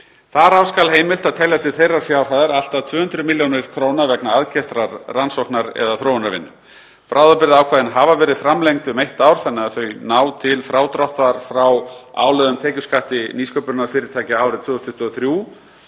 af skal heimilt að telja til þeirrar fjárhæðar allt að 200 millj. kr. vegna aðkeyptrar rannsóknar- eða þróunarvinnu. Bráðabirgðaákvæðin hafa verið framlengd um eitt ár þannig að þau ná til frádráttar frá álögðum tekjuskatti nýsköpunarfyrirtækja árið 2023